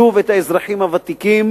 שוב האזרחים הוותיקים